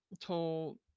told